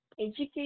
Education